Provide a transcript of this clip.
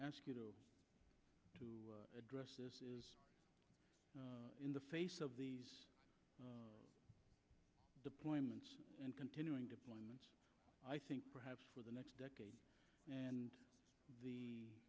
ask you to address this is it now in the face of these deployments and continuing deployments i think perhaps for the next decade and the